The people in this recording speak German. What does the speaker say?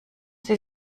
sie